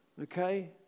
okay